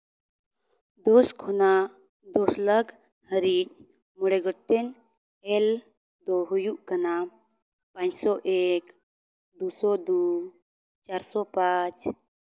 ᱫᱚᱥ ᱠᱷᱚᱱᱟᱜ ᱫᱚᱥ ᱞᱟᱠᱷ ᱦᱟᱹᱨᱤᱡ ᱢᱚᱬᱮ ᱜᱚᱴᱮᱱ ᱮᱞ ᱫᱚ ᱦᱩᱭᱩᱜ ᱠᱟᱱᱟ ᱯᱟᱸᱪ ᱥᱚ ᱮᱹᱠ ᱫᱩ ᱥᱚ ᱫᱩ ᱪᱟᱨ ᱥᱚ ᱯᱟᱸᱪ